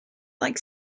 like